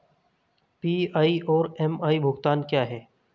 PI और MI भुगतान क्या हैं?